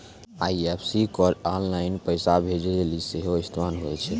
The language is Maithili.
आई.एफ.एस.सी कोड आनलाइन पैसा भेजै लेली सेहो इस्तेमाल होय छै